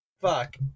Fuck